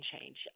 change